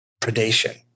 predation